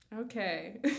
okay